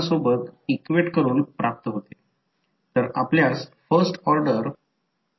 तर त्यानुसार फ्रिक्वेंसी डोमेनमध्ये इतर कॉइलमधील व्होल्टेजची पोलारिटी घेतली जाते